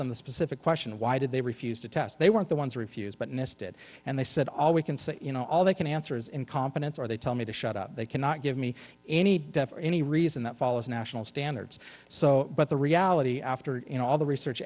them the specific question why did they refuse to test they weren't the ones who refused but missed it and they said all we can say you know all they can answer is incompetence or they tell me to shut up they cannot give me any definite any reason that follows national standards so but the reality after you know all the research